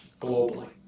globally